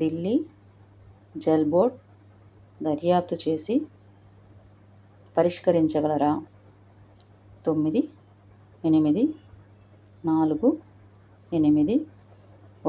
Delhi Jal board దర్యాప్తు చేసి పరిష్కరించగలరా తొమ్మిది ఎనిమిది నాలుగు ఎనిమిది